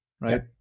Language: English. right